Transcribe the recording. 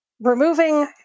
Removing